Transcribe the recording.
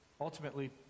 ultimately